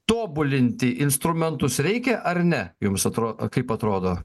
tobulinti instrumentus reikia ar ne jums atrodo kaip atrodo